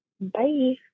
bye